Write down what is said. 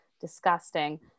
Disgusting